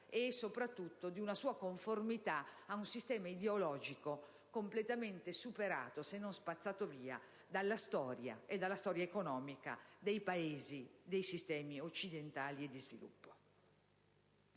e soprattutto di una sua conformità ad un sistema ideologico completamente superato, se non spazzato via dalla storia, e dalla storia economica, dei Paesi, dei sistemi occidentali. A me poi